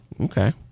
Okay